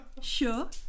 sure